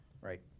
Right